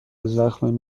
زخم